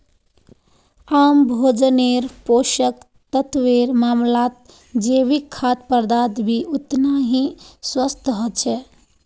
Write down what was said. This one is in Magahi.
आम भोजन्नेर पोषक तत्वेर मामलाततजैविक खाद्य पदार्थ भी ओतना ही स्वस्थ ह छे